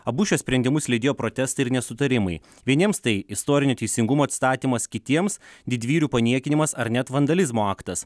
abu šiuos sprendimus lydėjo protestai ir nesutarimai vieniems tai istorinio teisingumo atstatymas kitiems didvyrių paniekinimas ar net vandalizmo aktas